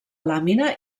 làmina